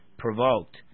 Provoked